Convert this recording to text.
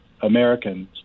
Americans